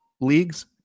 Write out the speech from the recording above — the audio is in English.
leagues